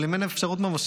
אבל אם אין אפשרות ממשית,